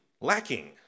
lacking